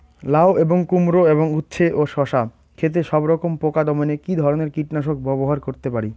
লাউ এবং কুমড়ো এবং উচ্ছে ও শসা ক্ষেতে সবরকম পোকা দমনে কী ধরনের কীটনাশক ব্যবহার করতে পারি?